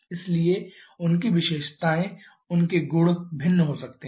इसलिए उनकी विशेषताएं उनके गुण भिन्न हो सकती हैं